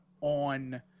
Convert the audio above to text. on